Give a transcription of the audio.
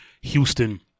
Houston